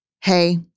hey